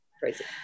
crazy